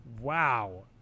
Wow